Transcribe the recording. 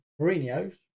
Mourinho's